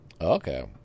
okay